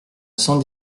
cent